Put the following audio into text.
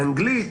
אנגלית,